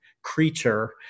creature